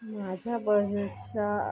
माझ्या बजेटच्या